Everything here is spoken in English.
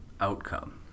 outcome